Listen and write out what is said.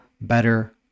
better